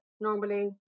normally